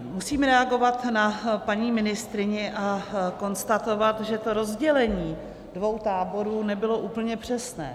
Musím reagovat na paní ministryni a konstatovat, že to rozdělení dvou táborů nebylo úplně přesné.